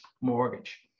mortgage